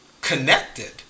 connected